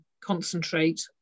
concentrate